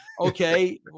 okay